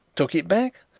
took it back,